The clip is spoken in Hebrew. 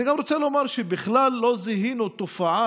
אני גם רוצה לומר שבכלל לא זיהינו תופעה